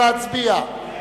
נא להצביע.